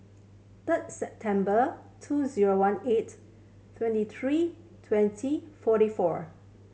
third September two zero one eigh twenty three twenty forty four